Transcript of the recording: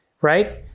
right